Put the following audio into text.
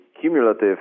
cumulative